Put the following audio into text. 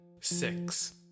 six